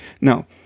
Now